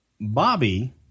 bobby